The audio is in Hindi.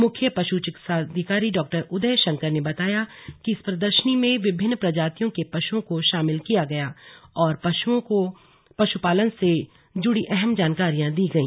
मुख्य पश् चिकित्साधिकारी डॉ उदय शंकर ने बताया कि इस प्रदर्शनी में विभिन्न प्रजातियों के पशुओं को शामिल किया गया और पुशपालकों को पशुपालन से जुड़ी अहम जानकारियां दी गई